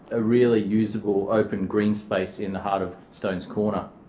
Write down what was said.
a really useable open green space in the heart of stones corner.